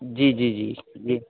جی جی جی